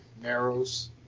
narrows